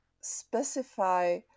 specify